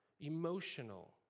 emotional